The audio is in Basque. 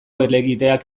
helegiteak